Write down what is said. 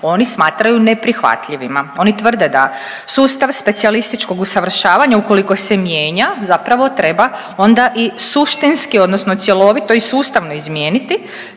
oni smatraju neprihvatljivima. Oni tvrde da sustav specijalističkog usavršavanja ukoliko se mijenja, zapravo treba onda i suštinski odnosno cjelovito i sustavno izmijeniti